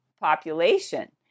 population